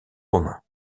romains